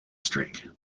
streak